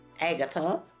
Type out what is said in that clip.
Agatha